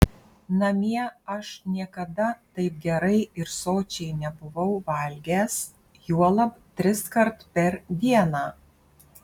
namie aš niekada taip gerai ir sočiai nebuvau valgęs juolab triskart per dieną